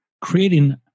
Creating